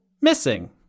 missing